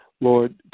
Lord